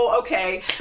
Okay